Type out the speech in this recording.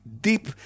deep